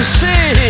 see